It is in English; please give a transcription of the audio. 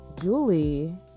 Julie